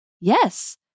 yes